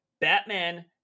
batman